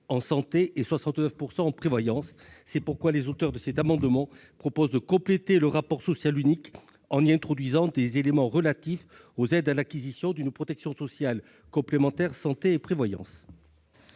en santé et 69 % en prévoyance. C'est pourquoi nous proposons de compléter le rapport social unique en y introduisant des éléments relatifs aux aides à l'acquisition d'une protection sociale complémentaire santé et prévoyance.